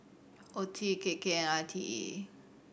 Oeti K K and I T E